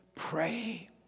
Pray